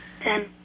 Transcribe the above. Ten